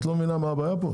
את לא מבינה מה הבעיה פה?